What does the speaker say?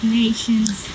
nations